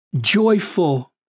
joyful